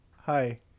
Hi